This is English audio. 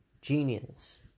Genius